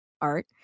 art